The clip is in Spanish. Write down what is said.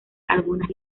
algunas